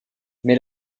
mais